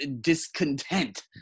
discontent